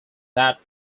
that